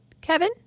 Kevin